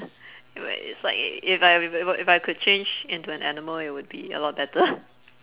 well it's like if I we~ it we~ if I could change into an animal it would be a lot better